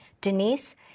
Denise